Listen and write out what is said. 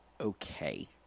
okay